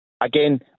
again